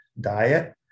diet